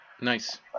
Nice